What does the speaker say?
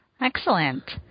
Excellent